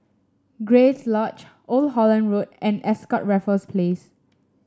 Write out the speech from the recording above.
Grace Lodge Old Holland Road and Ascott Raffles Place